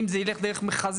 אם זה ילך דרך מכרזים.